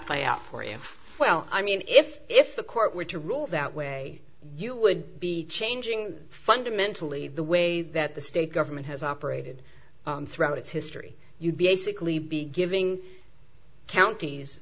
play out for you well i mean if if the court were to rule that way you would be changing fundamentally the way that the state government has operated throughout its history you basically be giving counties